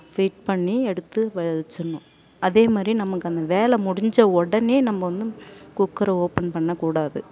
fit பண்ணி எடுத்து வெச்சிடணும் அதேமாதிரி நமக்கு அந்த வேலை முடிஞ்ச உடனே நம்ம வந்து குக்கரை ஓப்பன் பண்ணக்கூடாது